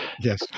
yes